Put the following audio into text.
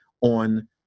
on